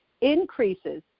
increases